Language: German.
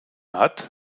hat